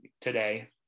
today